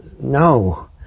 No